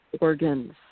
organs